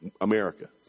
America